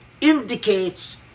indicates